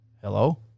hello